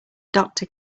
doctor